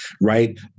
Right